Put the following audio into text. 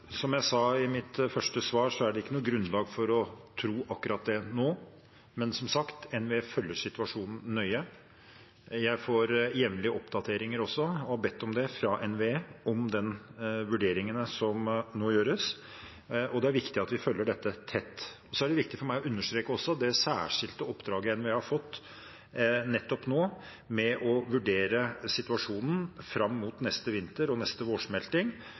Som jeg sa i mitt første svar, er det ikke noe grunnlag for å tro akkurat det nå, men NVE følger som sagt situasjonen nøye. Jeg får jevnlige oppdateringer fra NVE, og har bedt om det, om de vurderingene som nå gjøres, og det er viktig at vi følger dette tett. Så er det viktig for meg å understreke det særskilte oppdraget NVE har fått nå, nettopp med å vurdere situasjonen fram mot neste vinter og neste vårsmelting.